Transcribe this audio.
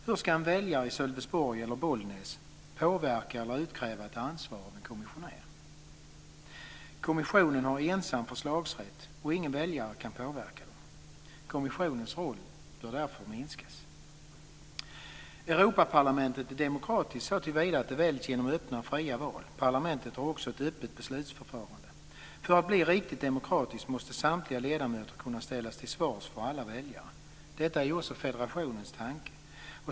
Hur ska en väljare i Sölvesborg eller Bollnäs påverka och utkräva ansvar av en kommissionär? Kommissionen har ensam förslagsrätt, och ingen väljare kan påverka dem. Kommissionens roll bör därför minskas. Europaparlamentet är demokratiskt såtillvida att det väljs genom öppna och fria val. Parlamentet har också ett öppet beslutsförfarande. För att bli riktigt demokratiskt måste samtliga ledamöter kunna ställas till svars inför alla väljare. Detta är ju också federationens tanke.